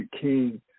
king